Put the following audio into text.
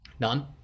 None